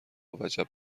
وجب